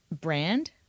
brand